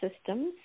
systems